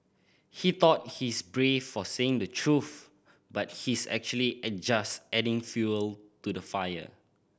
he thought he's brave for saying the truth but he's actually just adding fuel to the fire